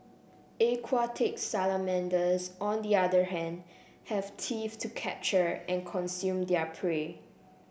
aquatic salamanders on the other hand have teeth to capture and consume their prey